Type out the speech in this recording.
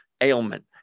ailment